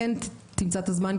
שתמצא את הזמן,